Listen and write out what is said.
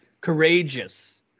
courageous